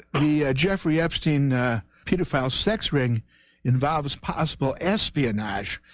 the jeffrey epstein a pitiful sex ring involves possible espionage,